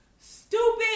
Stupid